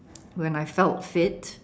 when I felt fit